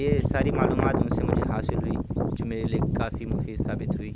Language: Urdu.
یہ ساری معلومات ان سے مجھے حاصل ہوئی جو میرے لیے کافی مفید ثابت ہوئی